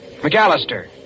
McAllister